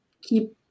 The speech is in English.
keep